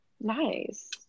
nice